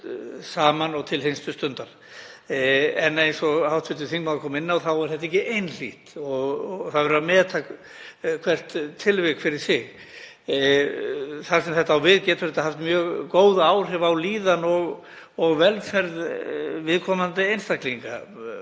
saman og til hinstu stundar. En eins og hv. þingmaður kom inn á þá er slíkt fyrirkomulag ekki einhlítt og verður að meta hvert tilvik fyrir sig. Þar sem það á við getur þetta haft mjög góð áhrif á líðan og velferð viðkomandi einstaklinga